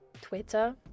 twitter